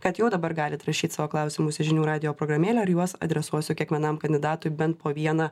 kad jau dabar galit rašyt savo klausimus į žinių radijo programėlę ir juos adresuosiu kiekvienam kandidatui bent po vieną